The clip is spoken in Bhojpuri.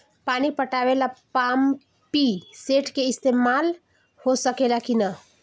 पानी पटावे ल पामपी सेट के ईसतमाल हो सकेला कि ना?